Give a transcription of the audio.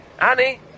Annie